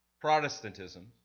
Protestantism